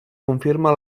confirma